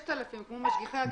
6,000, כמו משגיחי הכשרות.